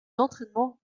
d’entraînement